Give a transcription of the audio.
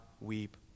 weep